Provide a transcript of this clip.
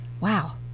Wow